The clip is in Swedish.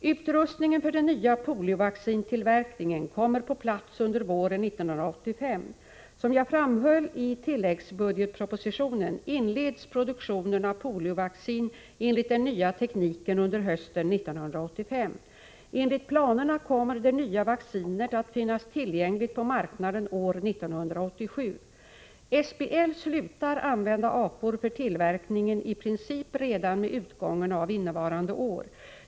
Utrustningen för den nya poliovaccintillverkningen kommer på plats under våren 1985. Såsom jag framhöll i tilläggsbudgetpropositionen inleds produktionen av poliovaccin enligt den nya tekniken under hösten 1985. Enligt planerna kommer det nya vaccinet att finnas tillgängligt på marknaden år 1987. SBL slutar använda apor för tillverkningen i princip redan med utgången av innevarande år.